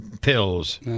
pills